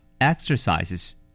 Exercises